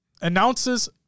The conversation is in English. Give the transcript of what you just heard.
announces